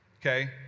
Okay